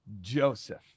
Joseph